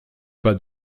pas